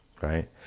Right